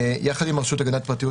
יחד עם הרשות להגנת הפרטיות,